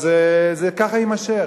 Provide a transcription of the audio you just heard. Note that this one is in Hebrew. אז זה ככה יימשך.